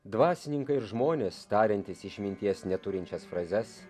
dvasininkai ir žmonės tariantys išminties neturinčias frazes